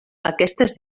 aquestes